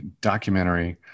documentary